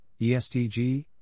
ESTG